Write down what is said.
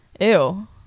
ew